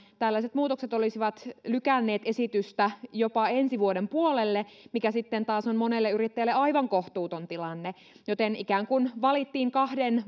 tällaiset muutokset olisivat lykänneet esitystä jopa ensi vuoden puolelle mikä taas on monelle yrittäjälle aivan kohtuuton tilanne joten ikään kuin valittiin kahden